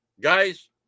Guys